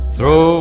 Throw